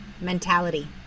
mentality